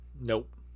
Nope